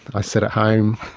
i sit at home,